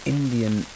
Indian